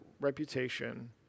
reputation